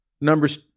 numbers